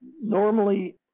Normally